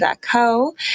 Co